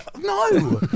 no